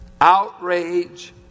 outrage